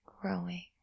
growing